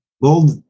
bold